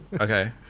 Okay